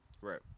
Right